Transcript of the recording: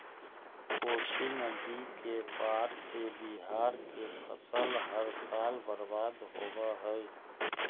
कोशी नदी के बाढ़ से बिहार के फसल हर साल बर्बाद होवऽ हइ